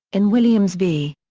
in williams v.